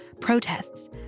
protests